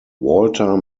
walter